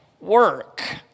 work